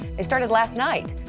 they started last night,